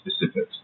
specifics